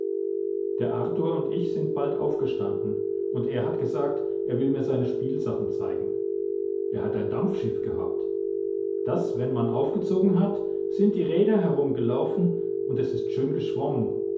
der arthur und ich sind bald aufgestanden und er hat gesagt er will mir seine spielsachen zeigen er hat ein dampfschiff gehabt das wenn man aufgezogen hat sind die räder herumgelaufen und es ist schön geschwommen